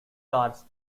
cars